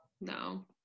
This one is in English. No